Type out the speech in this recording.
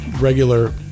regular